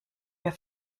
wir